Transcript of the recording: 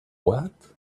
what